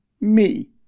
Me